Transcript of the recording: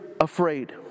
afraid